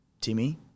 Timmy